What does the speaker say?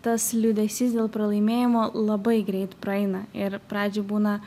tas liūdesys dėl pralaimėjimo labai greit praeina ir pradžioj būna